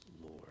Lord